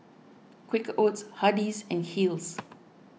Quaker Oats Hardy's and Kiehl's